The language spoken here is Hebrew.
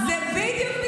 די עם